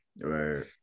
Right